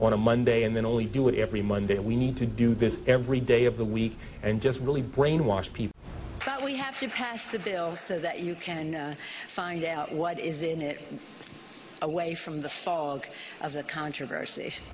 on a monday and then only do it every monday we need to do this every day of the week and just really brainwash people we have to pass the bill so that you can find what is away from the controversy